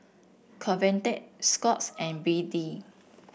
convatec Scott's and B D